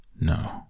No